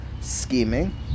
scheming